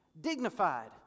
Dignified